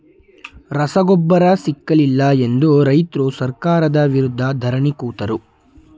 ರಸಗೊಬ್ಬರ ಸಿಕ್ಕಲಿಲ್ಲ ಎಂದು ರೈತ್ರು ಸರ್ಕಾರದ ವಿರುದ್ಧ ಧರಣಿ ಕೂತರು